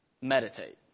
meditate